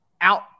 out